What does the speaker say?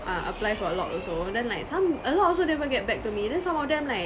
uh applied for a lot also then like some a lot also never get back to me then some of them like